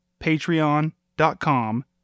patreon.com